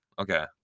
okay